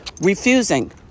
refusing